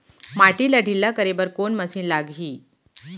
माटी ला ढिल्ला करे बर कोन मशीन लागही?